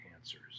answers